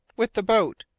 with the boat,